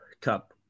cup